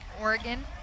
Oregon